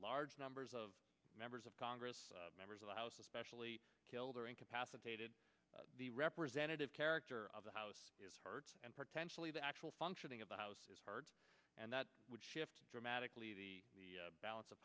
large numbers of members of congress members of the house especially killed or incapacitated the representative character of the house is hurt and potentially the actual functioning of the house and that would shift dramatically the balance of